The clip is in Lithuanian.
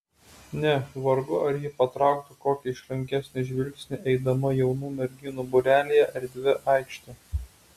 ne vargu ar ji patrauktų kokį išrankesnį žvilgsnį eidama jaunų merginų būrelyje erdvia aikšte